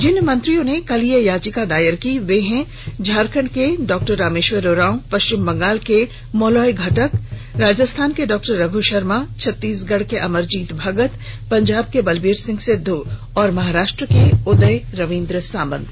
जिन मंत्रियों ने कल यह याचिका दायर की वे हैं झारखंड के डॉ रामेश्वर उरांव पश्चिम बंगाल के मोलोय घटक राजस्थान के डॉ रघ् शर्मा छत्तीसगढ़ के अमरजीत भगत पंजाब के बलबीर सिंह सिद्धू और महाराष्ट्र के उदय रवीन्द्र सामत